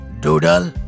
Doodle